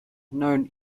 known